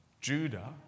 Judah